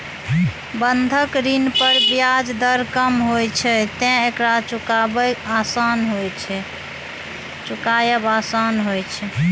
बंधक ऋण पर ब्याज दर कम होइ छैं, तें एकरा चुकायब आसान होइ छै